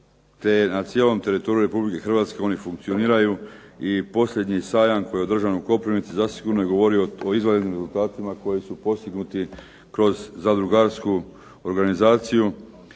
na cijelom teritoriju Republike Hrvatske oni funkcioniraju. I posljednji sajam koji je održan u Koprivnici zasigurno je govorio o izvanrednim rezultatima koji su postignuti kroz zadrugarsku organizaciju.